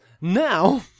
Now